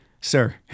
sir